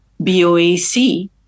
BOAC